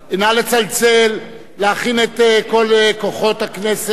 נא לצלצל, להכין את כל כוחות הכנסת.